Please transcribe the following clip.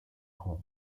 home